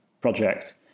project